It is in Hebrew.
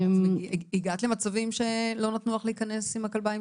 הגעת למצבים שלא נתנו לך להיכנס עם הכלבה,